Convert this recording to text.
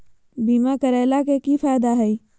बीमा करैला के की फायदा है?